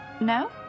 No